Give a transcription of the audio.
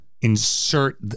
insert